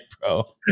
bro